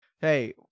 Hey